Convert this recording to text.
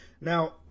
now